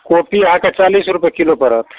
copy अहाँके चालीस रूपए किलो पड़त